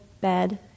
bed